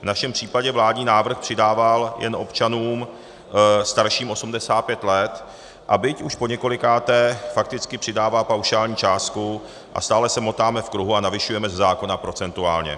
V našem případě vládní návrh přidával jen občanům starším 85 let, a byť už poněkolikáté, fakticky přidává paušální částku a stále se motáme v kruhu a navyšujeme ze zákona procentuálně.